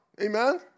Amen